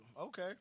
Okay